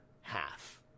half